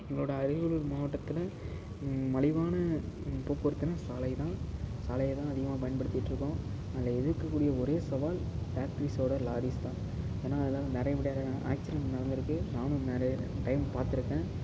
எங்களோடய அரியலூர் மாவட்டத்தில் மலிவான போக்குவரத்துன்னால் சாலைதான் சாலையைதான் அதிகமாக பயன்படுத்திட்டு இருக்கோம் அதில் இருக்கக்கூடிய ஒரே சவால் ஃபேக்ட்ரீஸோடய லாரிஸ் தான் ஏன்னால் அதுலதான் நிறைய முடையான ஆக்சிடென்ட் நடந்திருக்குது நானும் நிறைய டைம் பார்த்துருக்கேன்